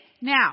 Now